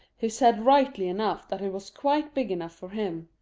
who said rightly enough that it was quite big enough for him.